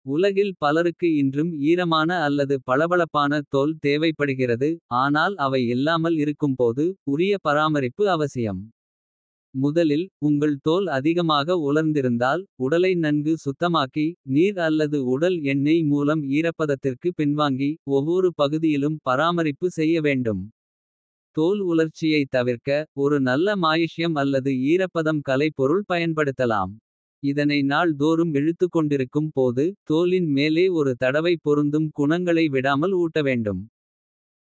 உலகில் பலருக்கு இன்றும் ஈரமான அல்லது பளபளப்பான தோல். தேவைப்படுகிறது ஆனால் அவை இல்லாமல் இருக்கும்போது. உரிய பராமரிப்பு அவசியம் முதலில் உங்கள் தோல். அதிகமாக உலர்ந்திருந்தால் உடலை நன்கு சுத்தமாக்கி. நீர் அல்லது உடல் எண்ணெய் மூலம் ஈரப்பதத்திற்கு பின்வாங்கி. ஒவ்வொரு பகுதியிலும் பராமரிப்பு செய்ய வேண்டும். தோல் உலர்ச்சியைத் தவிர்க்க ஒரு நல்ல மாயிஷ்யம். அல்லது ஈரப்பதம் கலைப்பொருள் பயன்படுத்தலாம். இதனை நாள் தோறும் இழுத்துக்கொண்டிருக்கும் போது. தோலின் மேலே ஒரு தடவை பொருந்தும். குணங்களை விடாமல் ஊட்டவேண்டும்.